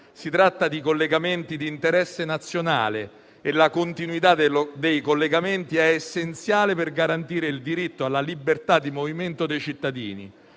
Si tratta di collegamenti di interesse nazionale, la cui continuità è essenziale per garantire il diritto alla libertà di movimento dei cittadini.